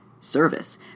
service